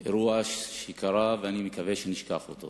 אירוע שקרה ואני מקווה שנשכח אותו.